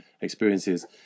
experiences